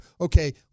Okay